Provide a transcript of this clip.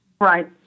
Right